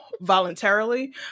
voluntarily